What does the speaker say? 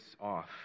off